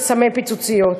של סמי פיצוציות.